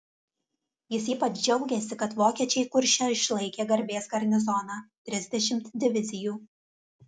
jis ypač džiaugėsi kad vokiečiai kurše išlaikė garbės garnizoną trisdešimt divizijų